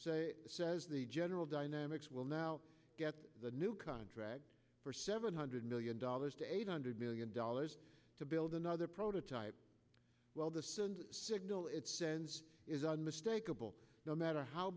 corps says the general dynamics will now get the new contract for seven hundred million dollars to eight hundred million dollars to build another prototype well the stand signal it says is unmistakable no matter how